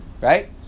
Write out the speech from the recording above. right